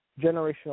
generational